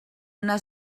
una